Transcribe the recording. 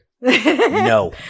No